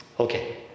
Okay